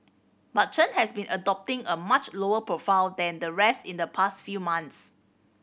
but Chen has been adopting a much lower profile than the rest in the past few months